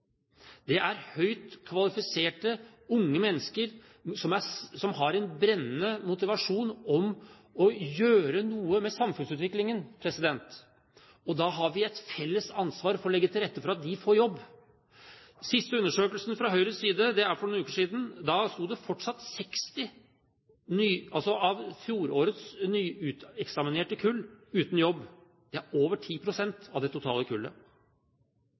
Det er høyt kvalifiserte unge mennesker, som har en brennende motivasjon for å gjøre noe med samfunnsutviklingen, og da har vi et felles ansvar for å legge til rette for at de får jobb. Siste gang Høyre undersøkte, for noen uker siden, sto fortsatt 60 fra fjorårets nyuteksaminerte kull uten jobb. Det er over 10 pst. av det totale kullet.